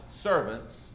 servants